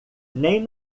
nem